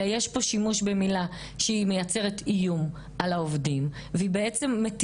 יש פה שימוש במילה שמייצרת איום על העובדים ומטילה